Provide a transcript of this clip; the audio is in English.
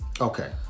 Okay